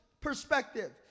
perspective